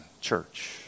Church